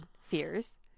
fears